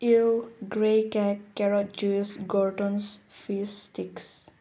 ꯏꯜ ꯒ꯭ꯔꯦ ꯀꯦꯠ ꯀꯦꯔꯣꯠ ꯖꯨꯋꯤꯁ ꯒꯣꯔꯇꯣꯟꯁ ꯐꯤꯁ ꯏꯁꯇꯤꯛ